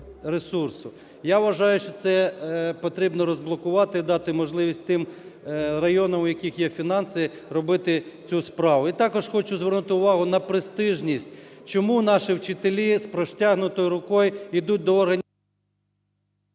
Я вважаю, що це потрібно розблокувати і дати можливість тим районам, у яких є фінанси робити цю справу. І також хочу звернути увагу на престижність. Чому наші вчителі з простягнутою рукою йдуть до органів…